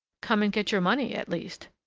come and get your money, at least.